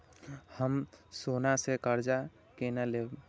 हम सोना से कर्जा केना लैब?